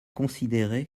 considéré